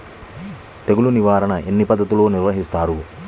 తెగులు నిర్వాహణ ఎన్ని పద్ధతుల్లో నిర్వహిస్తారు?